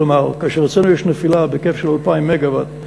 כלומר שכשאצלנו יש נפילה בהיקף של 2,000 מגה-ואט,